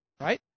Right